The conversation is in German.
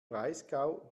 breisgau